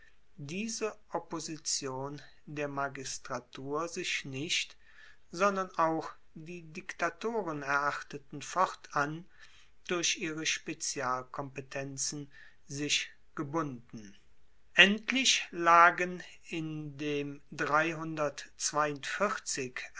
diese opposition der magistratur